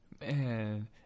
Man